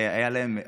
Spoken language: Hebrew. היה להם,